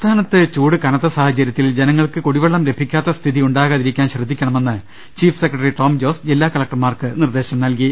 സംസ്ഥാനത്ത് ചൂട് കനത്ത സാഹചര്യത്തിൽ ജനങ്ങൾക്ക് കുടി വെള്ളം ലഭിക്കാത്ത സ്ഥിതിയുണ്ടാകാതിരിക്കാൻ ശ്രദ്ധിക്കണമെന്ന് ചീഫ് സെക്രട്ടറി ടോം ജോസ് ജില്ലാ കളക്ടർമാർക്ക് നിർദ്ദേശം നൽകി